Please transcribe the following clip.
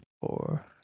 four